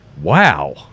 wow